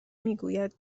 میگوید